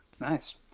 Nice